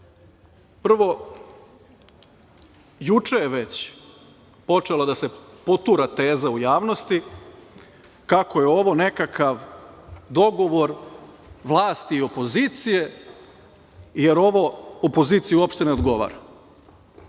Prvo, juče je već počela da se potura teza u javnosti kako je ovo nekakav dogovor vlasti i opozicije, jer ovo opoziciji uopšte ne odgovara.